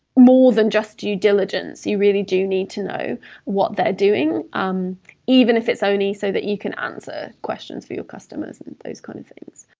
more than just due diligence. you really do need to know what they're doing um even if it's only so that you can answer questions for your customers and those kinds of things.